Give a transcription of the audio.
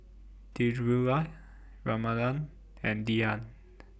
Dhirubhai Ramanand and Dhyan